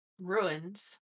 ruins